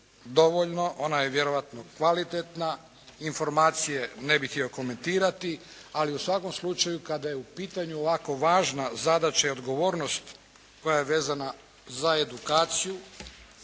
ona je vjerojatno kvalitetna. Informacije ne bih htio komentirati. Ali u svakom slučaju kada je u pitanju ovako važna zadaća i odgovornost koja je vezana za edukaciju